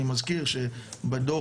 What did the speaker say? אני מזכיר שבדו"ח,